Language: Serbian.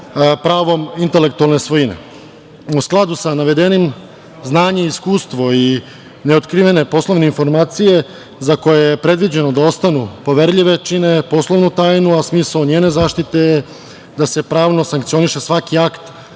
pravom intelektualne svojine. U skladu sa navedenim, znanje i iskustvo i neotkrivene poslovne informacije, za koje je predviđeno da ostanu poverljive, čine poslovnu tajnu, a smisao njene zaštite je da se pravno sankcioniše svaki akt